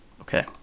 okay